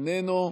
איננו,